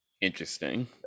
interesting